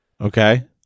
Okay